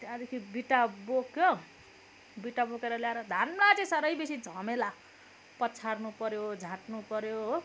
त्यहाँदेखि बिटा बोक्यो बिटा बोकेर ल्याएर धानमा चाहिँ साह्रै बेसी झमेला पछार्नु पऱ्यो झाँट्नु पऱ्यो हो